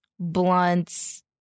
Blunts